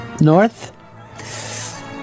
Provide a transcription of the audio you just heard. North